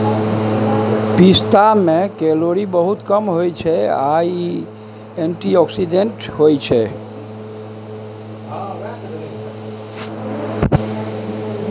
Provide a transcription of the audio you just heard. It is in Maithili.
पिस्ता मे केलौरी बहुत कम होइ छै आ इ एंटीआक्सीडेंट्स होइ छै